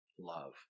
love